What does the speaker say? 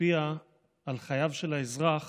משפיע על חייו של האזרח